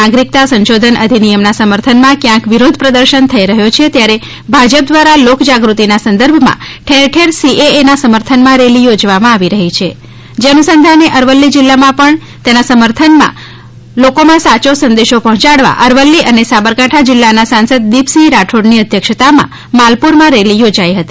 નાગરિકતા સંશોધન અધિનિયમના સમર્થનમાં ક્યાંક વિરોધ પ્રદર્શન થઇ રહ્યો છ ત્યારે ભાજપ દ્વારા લોક જાગૃતિના સંદર્ભમાં ઠેર ઠેર સીએએના સમર્થનમાં રેલી યોજવામાં આવી રહી છે જે અનુસંધાને અરવલ્લી જિલ્લામાં પણ સીએએના સમર્થન તેમજ સીએએ અંગે લોકોમાં સાયો સંદેશો પહોંચાડવા અરવલ્લી અને સાબરકાંઠા જિલ્લાના સાંસદ દિપસિંહ રાઠોની અધ્યક્ષકામાં માલપુરમાં રેલી યોજાઇ હતી